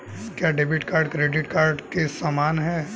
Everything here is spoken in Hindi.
क्या डेबिट कार्ड क्रेडिट कार्ड के समान है?